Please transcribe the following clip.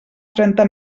trenta